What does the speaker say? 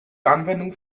anwendung